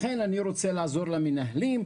לכן אני רוצה לעזור למנהלים,